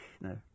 No